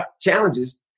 challenges